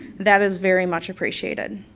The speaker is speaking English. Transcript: that is very much appreciated.